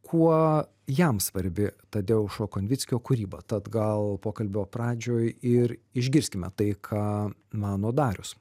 kuo jam svarbi tadeušo konvickio kūryba tad gal pokalbio pradžioj ir išgirskime tai ką mano darius